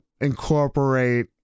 incorporate